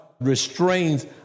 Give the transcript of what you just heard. restrains